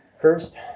first